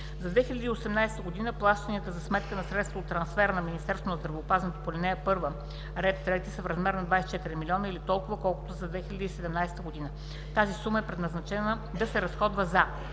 За 2018 г. плащанията за сметка на средствата от трансфера на Министерството на здравеопазването по ал. 1, ред 3 са в размер на 24,0 млн. лв., или толкова, колкото са и за 2017 г. Тази сума е предназначена да се разходва за: